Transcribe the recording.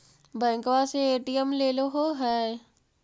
बैंकवा से ए.टी.एम लेलहो है?